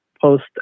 post